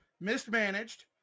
mismanaged